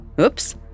Oops